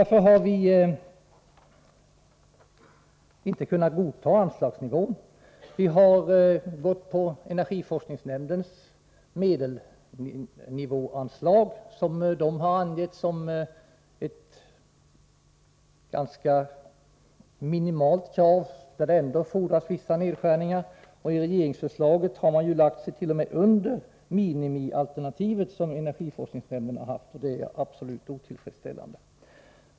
Vi har därför inte kunnat godta den föreslagna anslagsnivån. Vi har anslutit oss till energiforskningsnämndens förslag till nivå på medelsramen, som nämnden har angett vara ett ganska minimalt krav, där det ändå fordras vissa nedskärningar. Regeringen har i sitt förslag lagt sig t.o.m. under detta minimialternativ som energiforskningsnämnden föreslår, och det är absolut otillfredsställande.